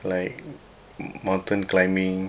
like mountain climbing